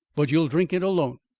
but you'll drink it alone.